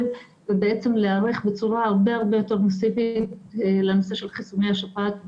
ובעצם להיערך בצורה הרבה הרבה יותר מסיבית לנושא של חיסוני השפעת לחורף.